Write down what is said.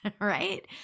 right